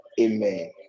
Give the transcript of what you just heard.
Amen